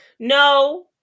no